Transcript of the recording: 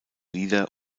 lieder